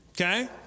Okay